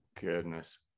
goodness